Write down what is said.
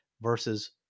versus